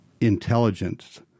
Intelligence